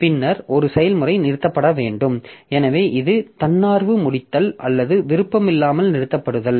பின்னர் ஒரு செயல்முறை நிறுத்தப்பட வேண்டும் எனவே இது தன்னார்வ முடித்தல் அல்லது விருப்பமில்லாமல் நிறுத்தப்படுதல்